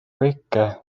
kõike